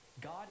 god